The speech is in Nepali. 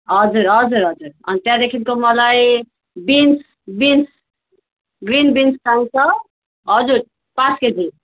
हजुर हजुर हजुर त्यहाँदेखिको मलाई बिन्स बिन्स ग्रिन बिन्स चाहिन्छ हजुर पाँच केजी